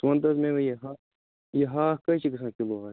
ژٕ وَن تہٕ حظ مےٚ وۄنۍ یہِ ہاکھ یہِ ہاکھ کٔے چھِ گَژھان کِلوٗ حظ